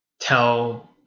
tell